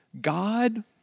God